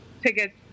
tickets